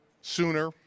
sooner